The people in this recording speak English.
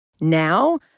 Now